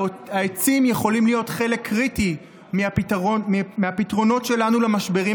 העצים יכולים להיות חלק קריטי מהפתרונות שלנו למשברים